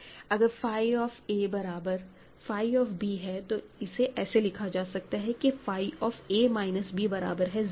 अगर phi of a बराबर phi of b है तब इसे ऐसा लिखा जा सकता है कि phi of a minus b बराबर है 0 के